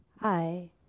Hi